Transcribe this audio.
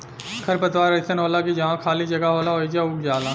खर पतवार अइसन होला की जहवा खाली जगह होला ओइजा उग जाला